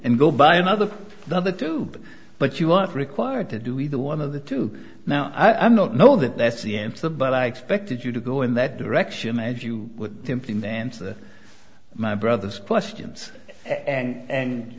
and go buy another the other two but you won't require to do either one of the two now i'm not know that that's the answer but i expected you to go in that direction as you would tempting the answer my brother's questions and